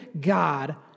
God